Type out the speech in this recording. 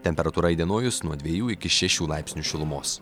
temperatūra įdienojus nuo dvejų iki šešių laipsnių šilumos